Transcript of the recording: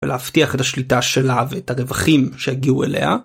ולהבטיח את השליטה שלה ואת הרווחים שיגיעו אליה.